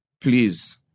please